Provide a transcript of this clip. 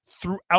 throughout